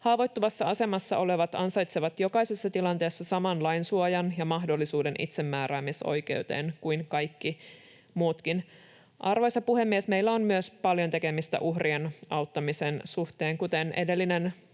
Haavoittuvassa asemassa olevat ansaitsevat jokaisessa tilanteessa saman lainsuojan ja mahdollisuuden itsemääräämisoikeuteen kuin kaikki muutkin. Arvoisa puhemies! Meillä on myös paljon tekemistä uhrien auttamisen suhteen. Kuten edellinen puhuja,